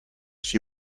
she